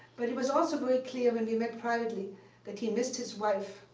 but he was also very clear when we met privately that he missed his wife,